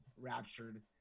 raptured